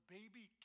Baby